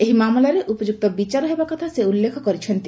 ଏହି ମାମଲାରେ ଉପଯୁକ୍ତ ବିଚାର ହେବା କଥା ସେ ଉଲ୍ଲେଖ କରିଛନ୍ତି